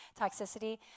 toxicity